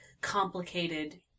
complicated